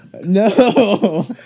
No